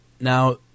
Now